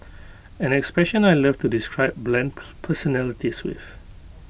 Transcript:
an expression I love to describe bland personalities with